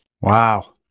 Wow